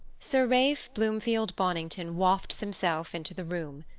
sir ralph bloomfield bonington wafts himself into the room.